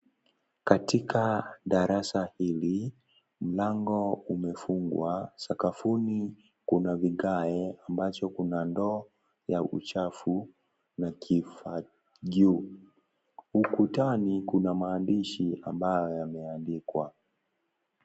Katika darasa hili mlango umefungwa sakafuni kuna vigae ambacho kuna ndoo ya uchafu na kifagio, ukutani kuna maandishi ambayo yameandikwa.